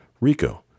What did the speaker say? Rico